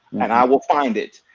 and i will find it.